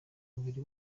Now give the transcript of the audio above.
umubiri